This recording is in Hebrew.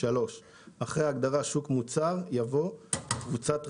אחרי ההגדרה "שוק מוצר" יבוא: " "קבוצת ריכוז"